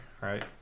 right